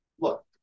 Look